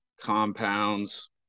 compounds